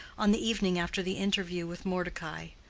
on the evening after the interview with mordecai.